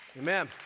Amen